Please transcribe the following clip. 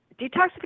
detoxification